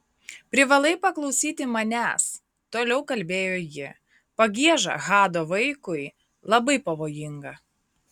privalai paklausyti manęs toliau kalbėjo ji pagieža hado vaikui labai pavojinga